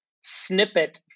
snippet